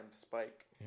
Spike